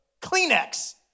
Kleenex